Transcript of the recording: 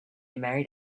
married